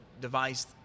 device